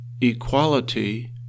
equality